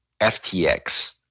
FTX